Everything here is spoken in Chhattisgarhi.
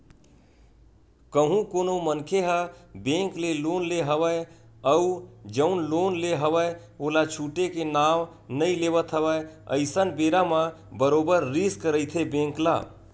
कहूँ कोनो मनखे ह बेंक ले लोन ले हवय अउ जउन लोन ले हवय ओला छूटे के नांव नइ लेवत हवय अइसन बेरा म बरोबर रिस्क रहिथे बेंक ल